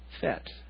fit